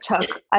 took